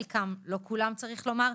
לא כולם צריך לומר,